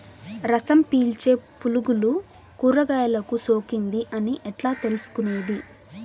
రసం పీల్చే పులుగులు కూరగాయలు కు సోకింది అని ఎట్లా తెలుసుకునేది?